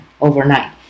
overnight